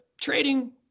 Trading